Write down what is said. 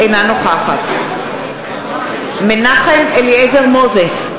אינה נוכחת מנחם אליעזר מוזס,